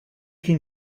can